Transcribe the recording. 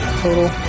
total